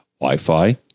wi-fi